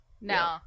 No